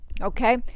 okay